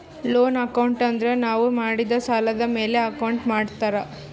loan account ಅಂದುರ್ ನಾವು ಮಾಡಿದ್ ಸಾಲದ್ ಮ್ಯಾಲ ಅಕೌಂಟ್ ಮಾಡ್ತಾರ್